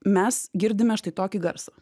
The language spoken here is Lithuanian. mes girdime štai tokį garsą